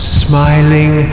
smiling